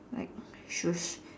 like sushi